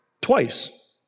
twice